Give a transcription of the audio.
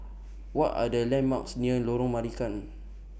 What Are The landmarks near Lorong Marican